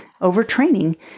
Overtraining